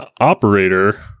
operator